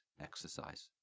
exercise